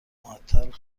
معطل